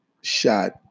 shot